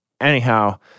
anyhow